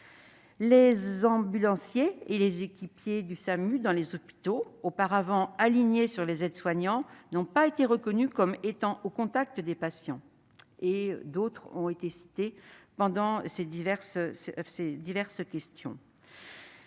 les ambulanciers et les équipiers du SAMU dans les hôpitaux qui, auparavant alignés sur les aides-soignants, n'ont pas été reconnus comme étant au contact des patients. D'autres professionnels encore ont